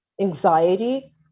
anxiety